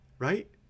right